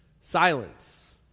silence